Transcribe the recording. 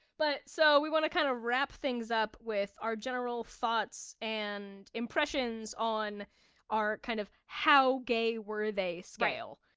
but so we want to kind of wrap things up with our general thoughts and impressions on our, kind of how gay were they scale,